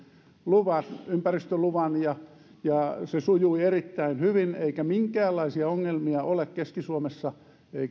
luvat ympäristöluvan ja ja se sujui erittäin hyvin eikä minkäänlaisia ongelmia ole keski suomessa